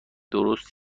درست